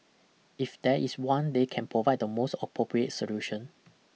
if there is one they can provide the most appropriate solution